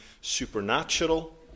supernatural